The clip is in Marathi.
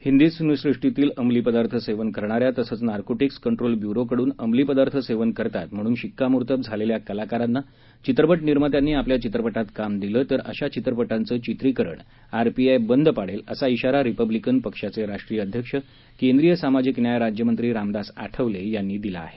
हिंदी सिनेसुष्टीतील अंमली पदार्थ सेवन करणाऱ्या तसंच नार्कोटिक्स कंट्रोल ब्युरो कडून अंमली पदार्थ सेवन करतात म्हणून शिक्कामोर्तब झालेल्या कलाकारांना चित्रपट निर्मात्यांनी आपल्या चित्रपटात काम दिलं तर अशा चित्रपटांचं चित्रीकरण आरपीआय बंद पाडेल असा शिवारा रिपब्लिकन पक्षाचे राष्ट्रीय अध्यक्ष केंद्रीय सामाजिक न्याय राज्यमंत्री रामदास आठवले यांनी दिला आहे